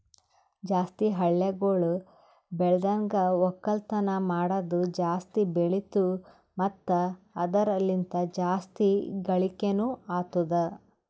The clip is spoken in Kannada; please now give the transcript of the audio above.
ಜಾಸ್ತಿ ಹಳ್ಳಿಗೊಳ್ ಬೆಳ್ದನ್ಗ ಒಕ್ಕಲ್ತನ ಮಾಡದ್ನು ಜಾಸ್ತಿ ಬೆಳಿತು ಮತ್ತ ಅದುರ ಲಿಂತ್ ಜಾಸ್ತಿ ಗಳಿಕೇನೊ ಅತ್ತುದ್